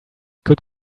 could